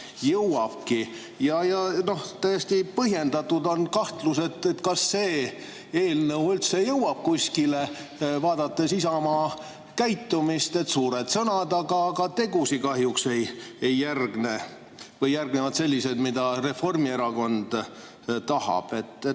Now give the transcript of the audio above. jõuabki. Ja tõesti põhjendatud on kahtlus, kas see eelnõu üldse jõuab kuskile, vaadates Isamaa käitumist, et suured sõnad, aga tegusid kahjuks ei järgne või järgnevad sellised, mida Reformierakond tahab.